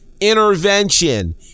intervention